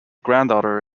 granddaughter